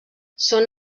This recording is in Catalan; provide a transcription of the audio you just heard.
són